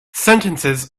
sentences